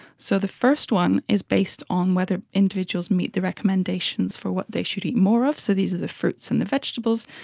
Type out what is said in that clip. so the first one is based on whether individuals meet the recommendations for what they should eat more of, so these are the fruits and the vegetables,